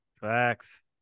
Facts